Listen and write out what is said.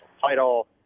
title